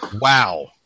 Wow